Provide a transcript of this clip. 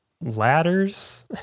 ladders